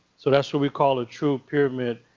so that's what we call a true pyramid.